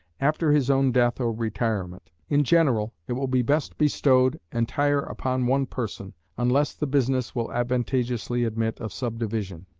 after his own death or retirement. in general it will be best bestowed entire upon one person, unless the business will advantageously admit of subdivision.